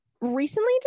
recently